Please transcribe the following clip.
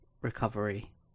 recovery